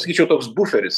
sakyčiau toks buferis